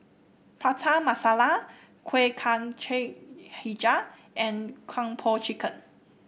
Prata Masala Kuih Kacang hijau and Kung Po Chicken